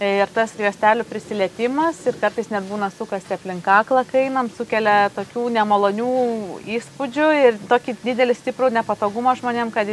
ir tas juostelių prisilietimas ir kartais net būna sukasi aplink kaklą kai einam sukelia tokių nemalonių įspūdžių ir tokį didelį stiprų nepatogumą žmonėm kad